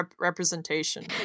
representation